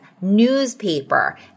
newspaper